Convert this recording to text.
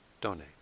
donate